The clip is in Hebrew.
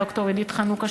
ד"ר עידית חנוכה,